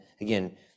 again